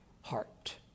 heart